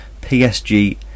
PSG